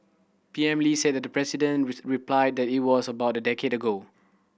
P M Lee said that the president replied that it was about a decade ago